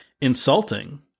insulting